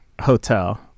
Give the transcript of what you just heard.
hotel